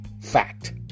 fact